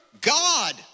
God